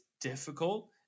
difficult